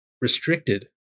restricted